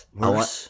worse